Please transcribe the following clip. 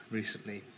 recently